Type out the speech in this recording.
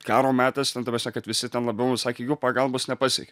karo metas ten ta prasme kad visi ten labiau sakė jų pagalbos nepasiekia